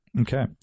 Okay